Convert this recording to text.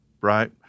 right